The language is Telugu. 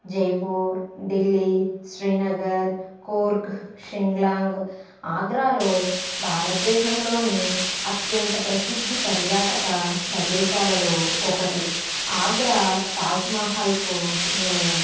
జైపూర్ ఢిల్లీ శ్రీనగర్ కోర్క్ షింగ్లాంగ్ ఆగ్రాలో భారతదేశంలోని అత్యంత ప్రసిద్ధి పర్యాటక ప్రదేశాలలో ఒకటి ఆగ్రా తాజ్మహల్కు నిలయం